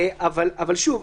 שוב,